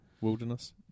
wilderness